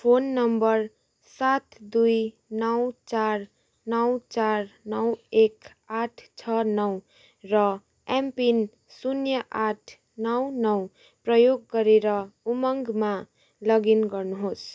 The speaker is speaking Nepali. फोन नम्बर सात दुई नौ चार नौ चार नौ एक आठ छ नौ र एमपिन शून्य आठ नौ नौ प्रयोग गरेर उमङ्गमा लगइन गर्नुहोस्